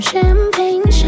Champagne